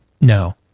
No